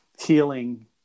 healing